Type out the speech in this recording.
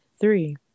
three